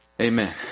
Amen